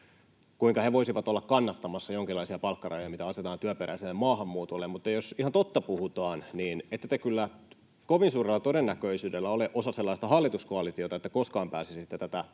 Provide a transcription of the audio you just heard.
kuinka he voisivat olla kannattamassa jonkinlaisia palkkarajoja, mitä asetetaan työperäiselle maahanmuutolle, mutta jos ihan totta puhutaan, niin ette te kyllä kovin suurella todennäköisyydellä ole osa sellaista hallituskoalitiota, että koskaan pääsisitte tätä